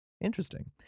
interesting